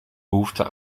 behoefte